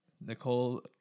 Nicole